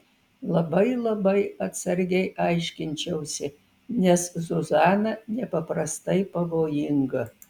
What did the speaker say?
labai labai atsargiai aiškinčiausi nes zuzana nepaprastai pavojinga